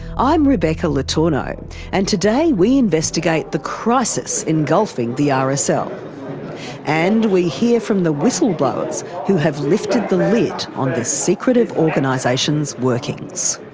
i'm rebecca le tourneau and today we investigate the crisis engulfing the rsl so and we hear from the whistle-blowers who have lifted the lid on this secretive organisation's workings.